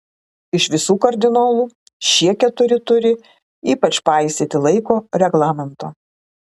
iš visų kardinolų šie keturi turi ypač paisyti laiko reglamento